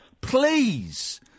Please